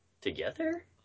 Together